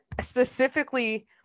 specifically